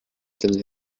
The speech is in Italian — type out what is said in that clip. della